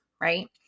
right